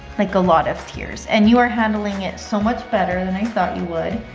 like a lot of tears, and you are handling it so much better than i thought you would.